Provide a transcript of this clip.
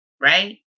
right